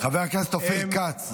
חבר הכנסת אופיר כץ,